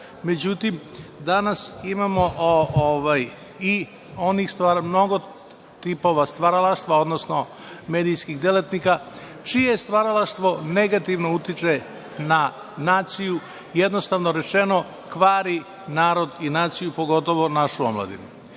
slobodno.Međutim, danas imamo i mnogo tipova stvaralaštva, odnosno medijskih delatnika čije stvaralaštvo negativno utiče na naciju. Jednostavno rečeno, kvari narod i naciju, pogotovo našu omladinu.